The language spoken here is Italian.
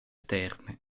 terme